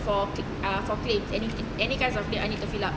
for uh for claim any any kind of dates I need to fill up